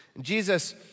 Jesus